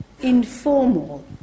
informal